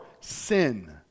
sin